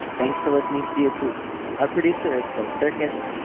thanks for listening to dear prudence. our producer is phil circus.